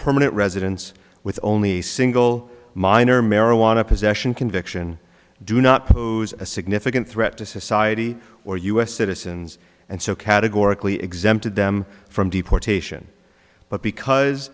permanent residence with only single minor marijuana possession conviction do not pose a significant threat to society or us citizens and so categorically exempted them from deportation but because